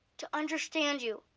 to understand you,